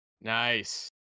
Nice